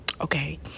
okay